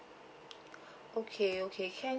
okay okay can